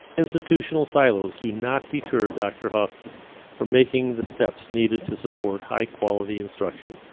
institutional silos do not deter dr. hough from making the steps needed to support high-quality instruction.